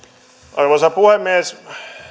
arvoisa puhemies